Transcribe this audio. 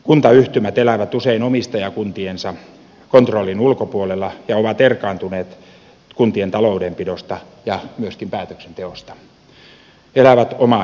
kuntayhtymät elävät usein omistajakuntiensa kontrollin ulkopuolella ja ovat erkaantuneet kuntien taloudenpidosta ja myöskin päätöksenteosta elävät omaa elämäänsä